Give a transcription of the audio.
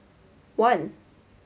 one